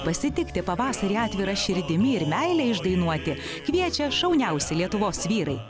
pasitikti pavasarį atvira širdimi ir meilę išdainuoti kviečia šauniausi lietuvos vyrai